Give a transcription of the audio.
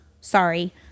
sorry